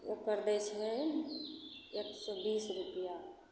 ओकर दै छै एक सओ बीस रूपैआ